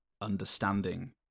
understanding